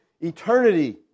eternity